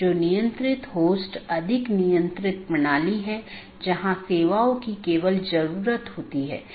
प्रत्येक AS के पास इष्टतम पथ खोजने का अपना तरीका है जो पथ विशेषताओं पर आधारित है